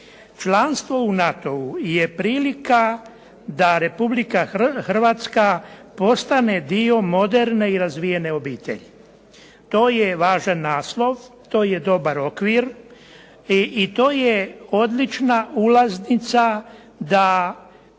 Članstvo u NATO-u je prilika da Republika Hrvatska postane dio moderne i razvijene obitelji. To je važan naslov, to je dobar okvir i to je odlična ulaznica da